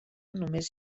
només